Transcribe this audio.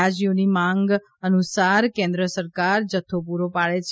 રાજયોની માંગ અનુસાર કેન્દ્ર સરકાર જથ્થો પુરો પાડે છે